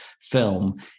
film